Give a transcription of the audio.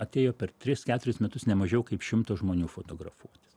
atėjo per tris keturis metus nemažiau kaip šimtas žmonių fotografuotis